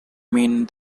mean